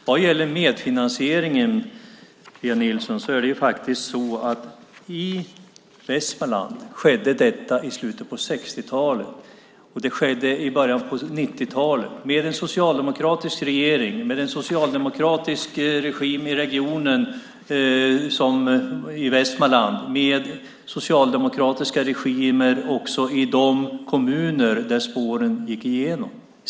Vad gäller medfinansieringen, Pia Nilsson, är det faktiskt så att det här skedde i Västmanland i slutet av 1960-talet och i början av 1990-talet, då under en socialdemokratisk regering och med socialdemokratisk regim i Västmanland och socialdemokratisk regim också i de kommuner som spåren gick genom.